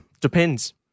Depends